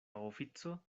ofico